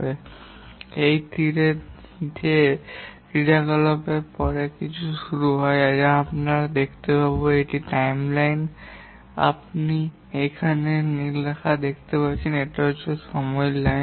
যদি এই তীরের চেয়ে ক্রিয়াকলাপের পরে কিছু শুরু হয় যা আপনি এখানে দেখতে পারেন এটি টাইম লাইন আপনি এখানে যে নীল রেখা দেখেন এটি সময় লাইন